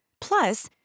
Plus